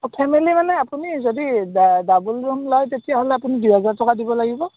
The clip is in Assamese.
অঁ ফেমেলি মানে আপুনি যদি ডাবোল ৰুম লয় তেতিয়া হ'লে আপুনি দুই হাজাৰ টকা দিব লাগিব